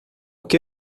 que